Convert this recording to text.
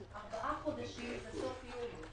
ארבעה חודשים זה סוף יולי,